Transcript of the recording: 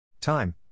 Time